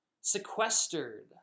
sequestered